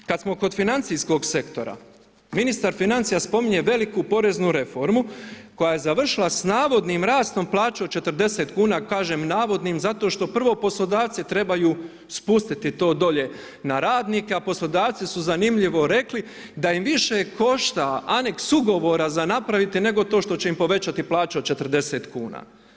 Kad smo kod financijskog sektora, ministar financija spominje veliku poreznu reformu koja je završila sa navodnim rastom plaće od 40 kn, kažem navodnim zašto što prvo poslodavci trebaju spustiti do dolje na radnika, poslodavci su zanimljivo rekli da im više košta aneks ugovora za napraviti nego to što će im povećati plaće od 40 kn.